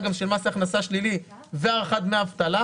של מס הכנסה שלילי והארכת דמי האבטלה,